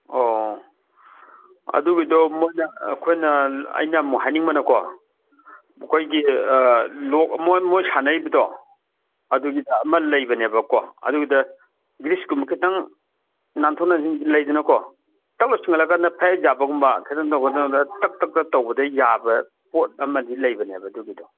ꯑꯣ ꯑꯗꯨꯒꯤꯗꯣ ꯃꯣꯏꯅ ꯑꯩꯈꯣꯏꯅ ꯑꯩꯅ ꯑꯃꯨꯛ ꯍꯥꯏꯅꯤꯡꯕꯅꯀꯣ ꯑꯩꯈꯣꯏꯒꯤ ꯂꯣꯛ ꯃꯣꯏ ꯁꯥꯟꯅꯔꯤꯕꯗꯣ ꯑꯗꯨꯒꯤꯗ ꯑꯃ ꯂꯩꯕꯅꯦꯕꯀꯣ ꯑꯗꯨꯗ ꯒ꯭ꯔꯤꯁ ꯀꯨꯝꯕ ꯈꯤꯇꯪ ꯅꯥꯟꯊꯣꯛ ꯅꯥꯟꯁꯤꯟ ꯂꯩꯗꯅꯀꯣ ꯇꯛ ꯂꯥꯎꯅ ꯆꯤꯡꯈꯠꯂ ꯀꯥꯟꯗ ꯐꯠ ꯍꯦꯛ ꯌꯥꯕꯒꯨꯝꯕ ꯈꯤꯇꯪ ꯇꯧ ꯀꯥꯟꯗ ꯇꯛ ꯇꯛ ꯇꯛ ꯇꯧꯕꯗ ꯌꯥꯕ ꯄꯣꯠ ꯑꯃꯗꯤ ꯂꯩꯕꯅꯦꯕ ꯑꯗꯨꯒꯤꯗꯣ